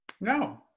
No